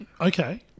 Okay